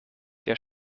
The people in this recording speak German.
der